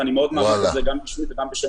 ואני מאוד מעריך את זה בשמי וגם בשם